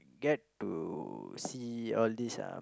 get to see all these uh